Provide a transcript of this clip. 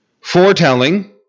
Foretelling